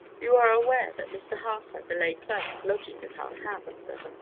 you are aware that mr. harper, the lay-clerk, lodges at our house, sir.